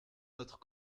notre